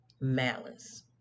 malice